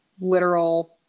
literal